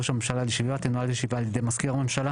הממשלה לא יוכל ראש הממשלה להוסיף חברים חדשים לממשלה'.